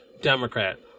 Democrat